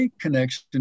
connection